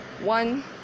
one